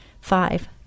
Five